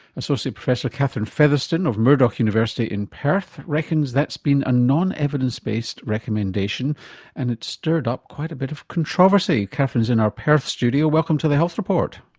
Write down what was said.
associate professor catherine fetherston of murdoch university in perth reckons that's been a non evidence based recommendation and it has stirred up quite a bit of controversy. catherine is in our perth studio. welcome to the health report.